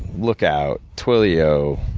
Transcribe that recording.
lookout, twillio.